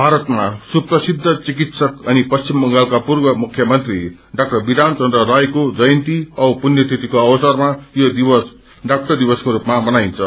भारतमा सुप्रसिद्ध चिकित्सक अनि पश्चिम बंगालका पूर्व मुख्यमन्त्री डा विषान चन्द्र रायको जयन्ती औ पुण्यतिथिको अवसरमा यो दिवस डाक्टर दिवसको स्रपमा मनाइन्छ